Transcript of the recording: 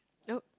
nope